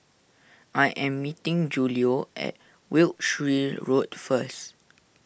I am meeting Julio at Wiltshire Road first